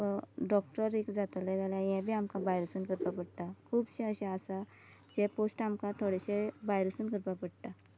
doctor एक जातले जाल्यार हें बी आमकां भायर वचून करपाक पडटा खुबशें अशें आसा जें पोस्ट आमकां थोडेशे भायर वचून करपा पडटा